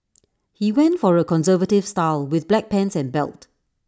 he went for A conservative style with black pants and belt